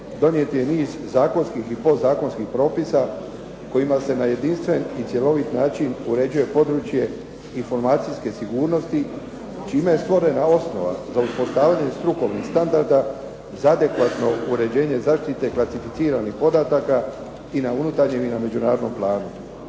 donijet je niz zakonskih i podzakonskih propisa kojima se na jedinstven i cjelovit način uređuje područje informacijske sigurnosti čime je stvorena osnova za uspostavljanje strukovnih standarda za adekvatno uređenje zaštite klasificiranih podataka i na unutarnjem i na međunarodnom planu.